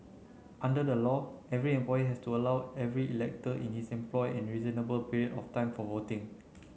under the law every employer has to allow every elector in his employ a reasonable period of time for voting